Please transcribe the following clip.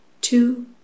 two